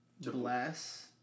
bless